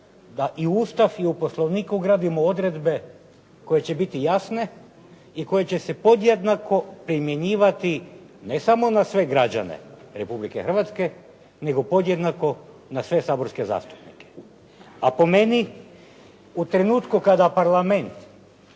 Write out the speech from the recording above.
da i u Ustav i u Poslovnik ugradimo odredbe koje će biti jasne i koje će se podjednako primjenjivati ne samo na sve građane Republike Hrvatske nego podjednako na sve saborske zastupnike. A po meni, u trenutku kada Parlament